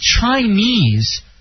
Chinese